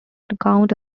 account